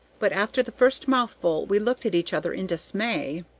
but after the first mouthful we looked at each other in dismay.